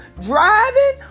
driving